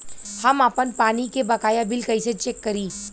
हम आपन पानी के बकाया बिल कईसे चेक करी?